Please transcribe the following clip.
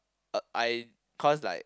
uh I cause like